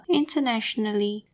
internationally